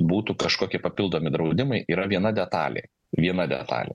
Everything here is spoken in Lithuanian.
būtų kažkokie papildomi draudimai yra viena detalė viena detalė